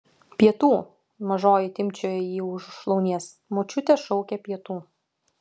pietų mažoji timpčioja jį už šlaunies močiutė šaukia pietų